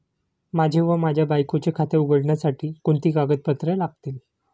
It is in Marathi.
माझे व माझ्या बायकोचे खाते उघडण्यासाठी कोणती कागदपत्रे लागतील?